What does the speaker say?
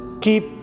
keep